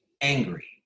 angry